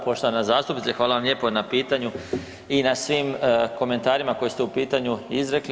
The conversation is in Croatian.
Poštovana zastupnice hvala vam lijepo na pitanju i na svim komentarima koje ste u pitanju izrekli.